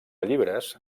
llibres